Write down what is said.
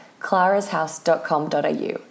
clarashouse.com.au